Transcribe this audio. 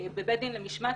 בבית דין למשמעת,